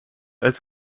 als